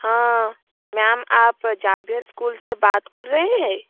हाँ मैम आप स्कूल से बात कर रहे हैं